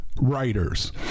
writers